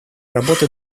работы